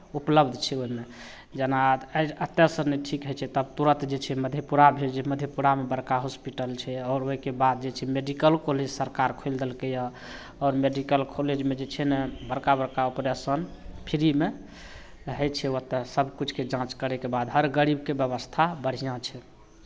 उपलब्ध छै ओहिमे जेना एतयसँ नहि ठीक होइ छै तब तुरत जे छै मधेपुरा भेजै मधेपुरामे बड़का हॉस्पिटल छै आओर ओहिके बाद जे छै मेडीकल कॉलेज सरकार खोलि देलकैए आओर मेडीकल कॉलेजमे जे छै ने बड़का बड़का ऑपरेशन फ्रीमे होइ छै ओतय सभ किछुके जाँच करयके बाद हर गरीबके व्यवस्था बढ़िआँ छै